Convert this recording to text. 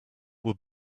would